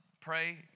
pray